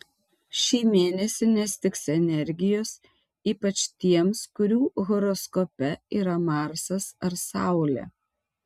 šį mėnesį nestigs energijos ypač tiems kurių horoskope yra marsas ar saulė